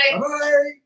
bye